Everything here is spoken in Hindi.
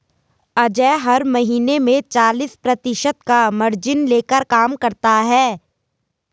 अजय हर महीने में चालीस प्रतिशत का मार्जिन लेकर काम करता है